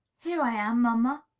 here i am, mamma,